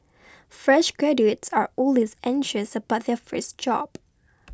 fresh graduates are always anxious about their first job